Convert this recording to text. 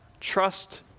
trust